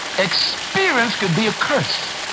experience could be a curse.